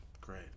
Great